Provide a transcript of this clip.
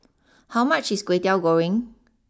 how much is Kway Teow Goreng